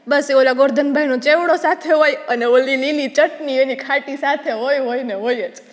બસ ઓલા ગોરધનભાઈનો ચેવડો સાથે હોય અને ઓલી લીલી ચટણી અને ખાટી સાથે હોય હોય ને હોય જ